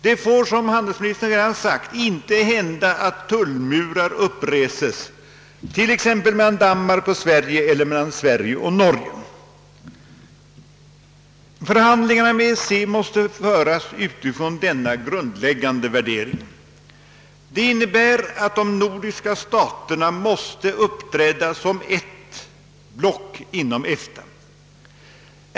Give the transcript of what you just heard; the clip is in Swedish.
Det får, som handelsministern redan sagt, inte hända att tulllmurar uppreses t.ex. mellan Danmark och Sverige eller mellan Sverige och Norge. Förhandlingarna med EEC måste föras utifrån den na grundläggande värdering. Det innebär att de nordiska staterna inom EFTA måste uppträda som ett block.